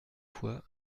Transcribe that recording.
fois